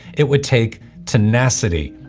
it would take tenacity,